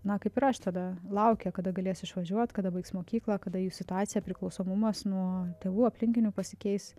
na kaip ir aš tada laukia kada galės išvažiuot kada baigs mokyklą kada jų situaciją priklausomumas nuo tėvų aplinkinių pasikeis